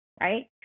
right